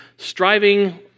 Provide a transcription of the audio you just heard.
Striving